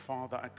Father